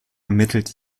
ermittelt